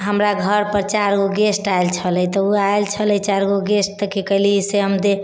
हमरा घरपर चारि गो गेस्ट आएल छलै तऽ ओ आएल छलै चारि गो गेस्ट तऽ की कएली से हम दे